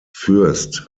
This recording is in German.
fürst